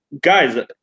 guys